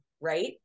right